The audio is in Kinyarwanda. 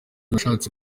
nashatse